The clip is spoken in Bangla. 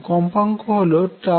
কম্পাঙ্ক হল n